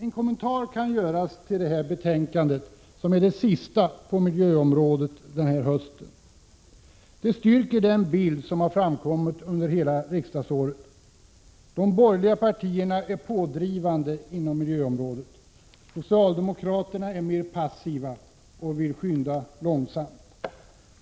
En kommentar kan göras till det här betänkandet, som är det sista på miljöområdet denna höst. Det styrker den bild som har framkommit under hela riksdagsåret. De borgerliga partierna är pådrivande inom miljöområdet. Socialdemokraterna är mer passiva och vill skynda långsamt.